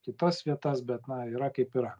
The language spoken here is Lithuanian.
kitas vietas bet na yra kaip yra